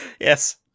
Yes